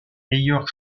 meilleurs